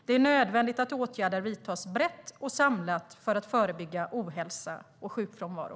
Det är nödvändigt att åtgärder vidtas brett och samlat för att förebygga ohälsa och sjukfrånvaro.